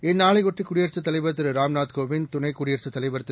இந்நாளையொட்டி குடியரகத் தலைவர் திரு ராம்நாத் கோவிந்த் துணைத் தலைவர் திரு